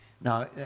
Now